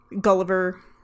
Gulliver